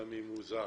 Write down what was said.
גם אם הוא זר.